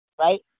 Right